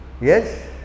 Yes